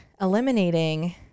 eliminating